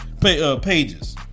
pages